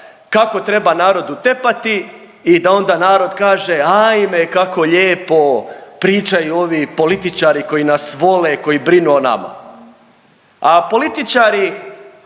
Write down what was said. Kako treba narodu tepati i da onda narod kaže ajme kako lijepo pričaju ovi političari koji nas vole, koji brinu o nama. A političari